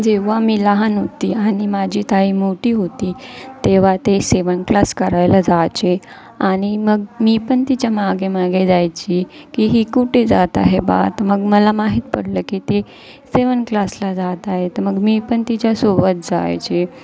जेव्हा मी लहान होती आणि माझी ताई मोठी होती तेव्हा ते शिवण क्लास करायला जायचे आणि मग मी पण तिच्या मागे मागे जायची की ही कुठे जात आहे बुवा तर मग मला माहित पडलं की ते शिवण क्लासला जात आहे तर मग मी पण तिच्यासोबत जायचे